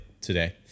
today